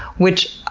which,